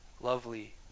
lovely